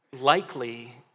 likely